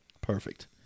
Perfect